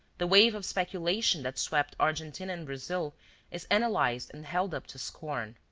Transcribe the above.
the wave of speculation that swept argentina and brazil is analyzed and held up to scorn.